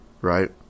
Right